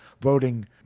voting